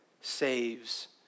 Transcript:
saves